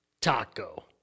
taco